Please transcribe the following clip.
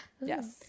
Yes